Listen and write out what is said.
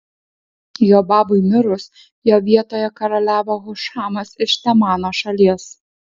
jobabui mirus jo vietoje karaliavo hušamas iš temano šalies